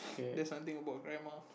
there's nothing about grandma